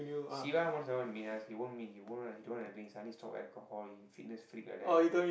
siva most don't wanna meet us he won't meet he won't he don't wanna drink he suddenly stop alcohol he fitness freak like that